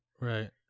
right